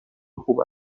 خوب